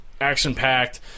action-packed